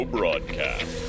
Broadcast